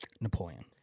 Napoleon